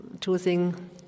choosing